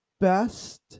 best